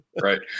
right